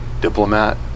diplomat